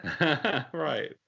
right